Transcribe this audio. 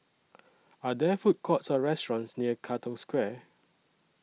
Are There Food Courts Or restaurants near Katong Square